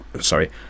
sorry